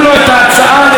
המקסימליסטית,